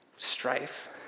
strife